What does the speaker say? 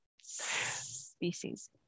species